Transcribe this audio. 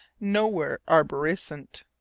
nowhere arborescent.